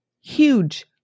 Huge